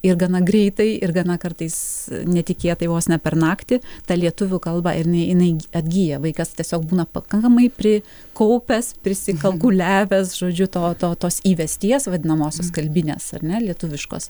ir gana greitai ir gana kartais netikėtai vos ne per naktį ta lietuvių kalba ir inai inai gy atgyja vaikas tiesiog būna pakankamai pri kaupęs prisikalkuliavęs žodžiu to to tos įvesties vadinamosios kalbinės ar ne lietuviškos